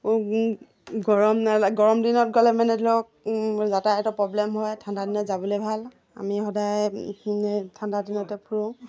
গৰম নালাগে গৰম দিনত গ'লে মানে ধৰক যাতায়তো প্ৰব্লেম হয় ঠাণ্ডা দিনত যাবলৈ ভাল আমি সদায় ঠাণ্ডা দিনতে ফুৰোঁ